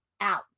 out